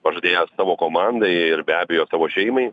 pažadėjęs savo komandai ir be abejo savo šeimai